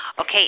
Okay